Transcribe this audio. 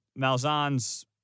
Malzahn's